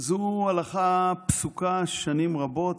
זו הלכה פסוקה שנים רבות,